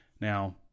Now